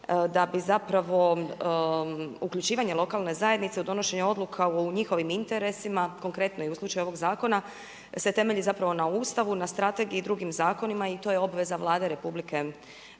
da bi uključivanje lokalne zajednice o donošenja odluka u njihovim interesima, konkretno i u slučaju ovog zakona se temelji na Ustavu, na strategiji i drugim zakonima i to je obveza Vlade RH.